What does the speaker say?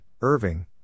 Irving